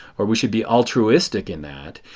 or we should be altruistic in that.